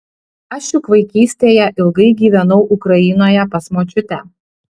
aš juk vaikystėje ilgai gyvenau ukrainoje pas močiutę